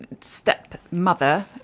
stepmother